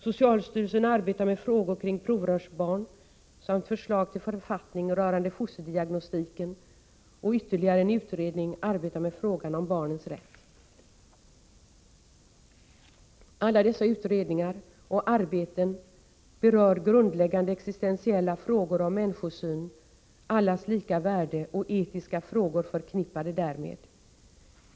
Socialstyrelsen arbetar med frågor kring provrörsbarn samt förslag till författning rörande fosterdiagnostiken och ytterligare en utredning arbetar med frågan om barnens rätt. Alla dessa utredningar och arbeten berör grundläggande existentiella frågor om människosyn, allas lika värde och etiska frågor förknippade därmed.